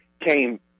came